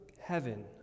heaven